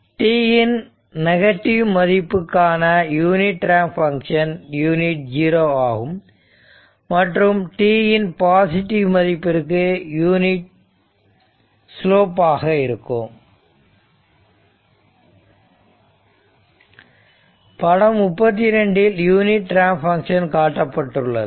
t இன் negative மதிப்புக்கான unit ramp function unit 0 ஆகும் மற்றும் t இன் பாசிட்டிவ் மதிப்பிற்கு யூனிட் ஸ்லோப் ஆக இருக்கும் படம் 32 இல் யூனிட் ரேம்ப் ஃபங்ஷன் கட்டப்பட்டுள்ளது